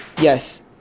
yes